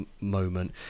moment